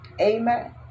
amen